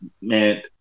man